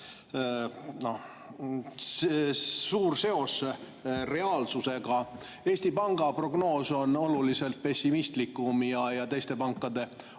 seos reaalsusega. Eesti Panga prognoos on oluliselt pessimistlikum ja teiste pankade omad veel